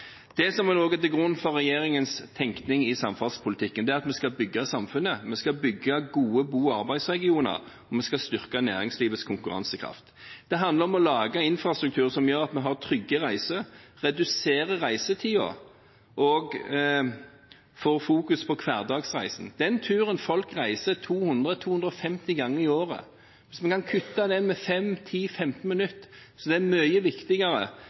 Det som har ligget til grunn for regjeringens tenkning i samferdselspolitikken, er at vi skal bygge samfunnet. Vi skal bygge gode bo- og arbeidsregioner. Vi skal styrke næringslivets konkurransekraft. Det handler om å lage en infrastruktur som gjør at vi har trygge reiser, reduserer reisetiden og fokuserer på hverdagsreisen. Hvis vi kan kutte den turen folk reiser 200–250 ganger i året, med 5–10–15 minutter, er det mye viktigere enn å gjøre noe med